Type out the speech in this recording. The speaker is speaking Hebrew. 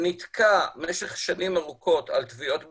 נתקע משך שנים ארוכות על תביעות בעלות,